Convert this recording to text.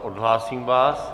Odhlásím vás.